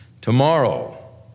Tomorrow